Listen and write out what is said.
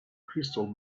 crystal